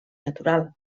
natural